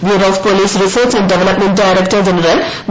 bureau of police research and development director general V